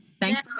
Thanks